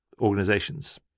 organizations